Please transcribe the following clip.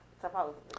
supposedly